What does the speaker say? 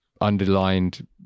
underlined